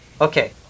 Okay